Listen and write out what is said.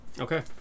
Okay